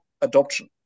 adoption